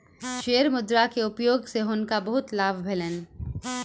share मुद्रा के उपयोग सॅ हुनका बहुत लाभ भेलैन